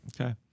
Okay